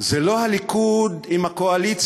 זה לא הליכוד עם הקואליציה,